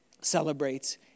celebrates